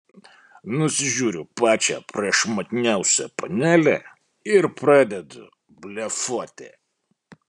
nusižiūriu pačią prašmatniausią panelę ir pradedu blefuoti